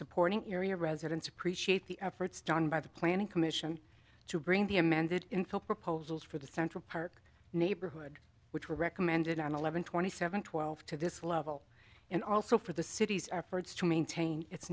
supporting area residents appreciate the efforts john by the planning commission to bring the amended infill proposals for the central park neighborhood which were recommended on eleven twenty seven twelve to this level and also for the city's our words to maintain its